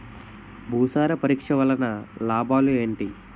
భూసార పరీక్ష వలన లాభాలు ఏంటి?